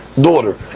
daughter